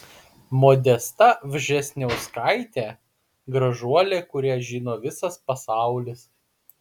modesta vžesniauskaitė gražuolė kurią žino visas pasaulis